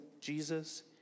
Jesus